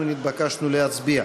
נצביע.